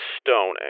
stoning